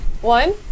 One